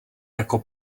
jako